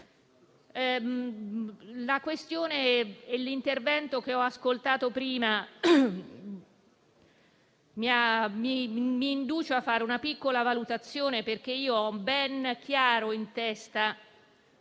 *fund.* L'intervento che ho ascoltato prima mi induce a fare una piccola valutazione, perché ho ben chiaro in mente